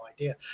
idea